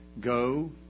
Go